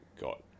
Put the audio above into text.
got